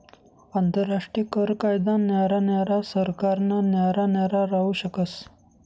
आंतरराष्ट्रीय कर कायदा न्यारा न्यारा सरकारना न्यारा न्यारा राहू शकस